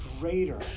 greater